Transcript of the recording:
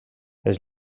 els